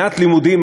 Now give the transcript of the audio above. שנת לימודים,